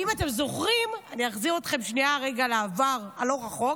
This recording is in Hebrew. אם אתם זוכרים, אחזיר אתכם שנייה לעבר הלא-רחוק,